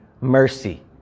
mercy